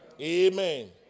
Amen